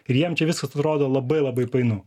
ir jiem čia viskas atrodo labai labai painu